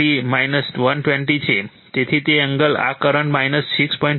43o 120 છે તેથી તે એંગલ કરંટ 6